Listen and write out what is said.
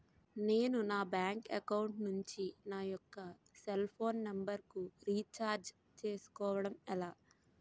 నేను నా bank account నుంచి నా యెక్క సెల్ ఫోన్ నంబర్ కు రీఛార్జ్ చేసుకోవడం ఎలా?